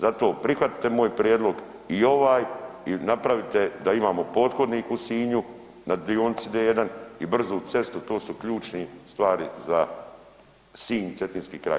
Zato prihvatite moj prijedlog i ovaj i napravite da imamo pothodniku u Sinju na dionici D1 i brzu cestu, to su ključne stvari za Sinj i Cetinski kraj.